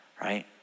right